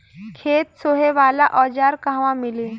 खेत सोहे वाला औज़ार कहवा मिली?